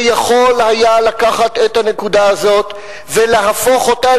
שיכול היה לקחת את הנקודה הזאת ולהפוך אותה